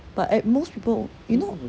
but at most people will you know